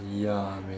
ya man